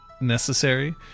necessary